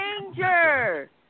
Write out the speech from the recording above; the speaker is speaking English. danger